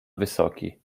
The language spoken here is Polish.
wysoki